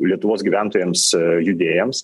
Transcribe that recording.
lietuvos gyventojams judėjams